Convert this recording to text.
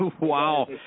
Wow